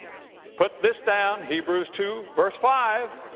put this down, hebrews two verse five,